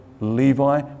Levi